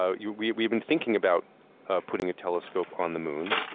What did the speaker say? ah yeah we've we've been thinking about putting a telescope on the moon.